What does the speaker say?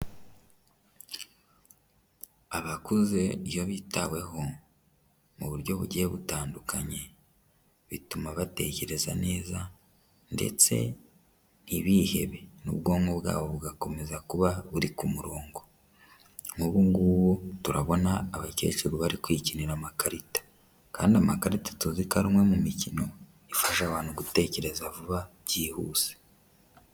Abakuze iyo bitaweho mu buryo bugiye butandukanye bituma batekereza neza ndetse ntibihebe n'ubwonko bwabo bugakomeza kuba buri ku murongo, ubu ngubu turabona abakecuru bari kwikinira amakarita kandi amakarita tuzi ko ari umwe mu mikino ifasha abantu gutekereza vuba byihuse.